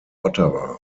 ottawa